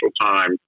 time